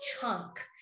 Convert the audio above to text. chunk